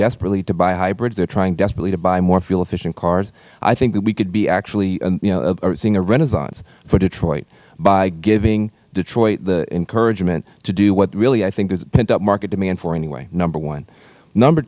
desperately to buy hybrids they are trying desperately to buy more fuel efficient cars i think that we could be actually you know seeing a renaissance for detroit by giving detroit the encouragement to do what really i think there is a pent up market demand for anyway number one number